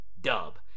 dub